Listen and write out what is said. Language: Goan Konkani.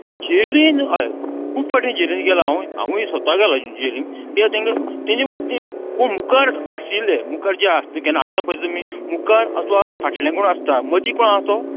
आं झेलीन हय खूब फाटीं झेलीन गेला हांव हांवूय स्वता गेलां जेलीन किद्या तेंगे तेंचे उद्देन कोण मुखार आशिल्ले मुखार जे आसले केन्ना आतां पय तुमी मुखार अथवा फाटल्यान कोण आसता मदीं कोण आसा तो